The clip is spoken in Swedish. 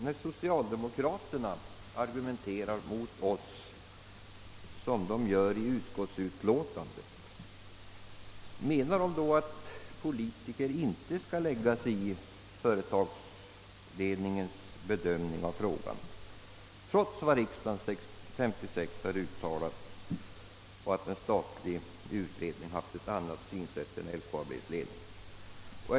När socialdemokraterna argumenterar mot oss såsom de: gjort i utskottsutlåtandet skulle jag vilja fråga: Menar ni då att politiker inte skall lägga sig i företagsledningens bedömning av frågan, trots riksdagens uttalande 1956 och trots att en statlig utredning har sett på frågan annorlunda än LKAB:s ledning?